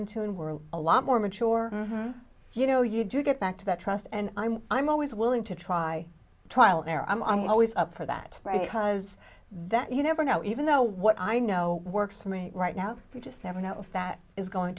we're a lot more mature you know you do get back to that trust and i'm i'm always willing to try trial and error i'm always up for that right because that you never know even though what i know works for me right now you just never know if that is going